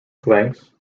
flanks